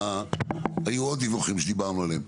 היו עוד דיווחים שדיברנו עליהם.